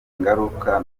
ingaruka